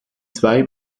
zwei